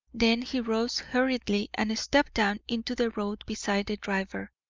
then he rose hurriedly and stepped down into the road beside the driver.